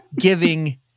giving